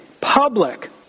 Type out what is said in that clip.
public